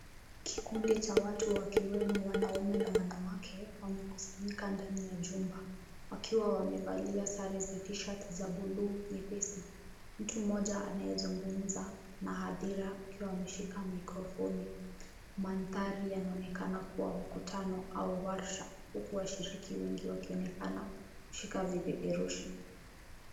Kikundi cha watu wakiwemo wanaume na wanawake wamekusanyika ndani ya jumba wakiwa wamevalia sare za t-shirt za buluu nyepesi. Mtu mmoja anayezungumza na hadhira akiwa ameshika maikrofoni. Mandhari yanaonekana kuwa mkutano au warsha huku washiriki wengi wakionekana kushika vipeperushi.